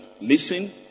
Listen